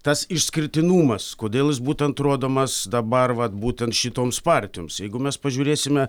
tas išskirtinumas kodėl jis būtent rodomas dabar vat būtent šitoms partijoms jeigu mes pažiūrėsime